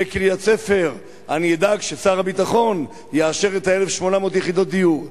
בקריית-ספר אני אדאג ששר הביטחון יאשר את 1,800 יחידות הדיור,